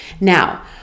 Now